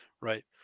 Right